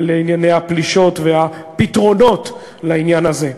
על ענייני הפלישות והפתרונות לעניין הזה.